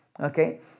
okay